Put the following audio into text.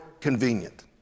convenient